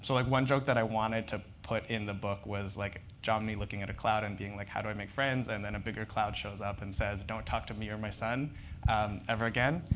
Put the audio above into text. so like one joke that i wanted to put in the book was like jomny looking at a cloud and being like, how do i make friends? and then a bigger cloud shows up and says, don't talk to me or my son ever again.